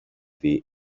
δει